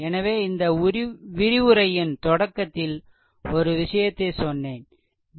எனவே இந்த விரிவுரையின் தொடக்கத்தில் ஒரு விஷயத்தைச் சொன்னேன் டி